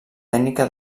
tècnica